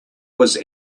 was